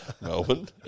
Melbourne